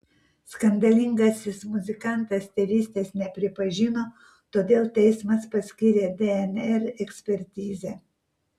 skandalingasis muzikantas tėvystės nepripažino todėl teismas paskyrė dnr ekspertizę